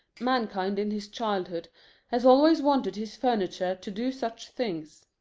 mankind in his childhood has always wanted his furniture to do such things.